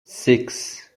six